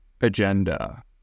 agenda